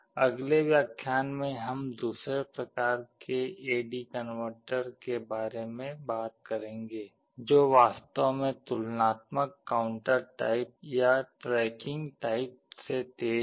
अगले व्याख्यान में हम दूसरे प्रकार के ए डी कनवर्टर के बारे में बात करेंगे जो वास्तव में तुलनात्मक काउंटर टाइप या ट्रैकिंग टाइप से तेज़ है